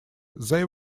they